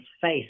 face